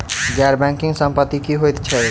गैर बैंकिंग संपति की होइत छैक?